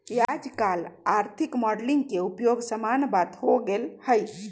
याजकाल आर्थिक मॉडलिंग के उपयोग सामान्य बात हो गेल हइ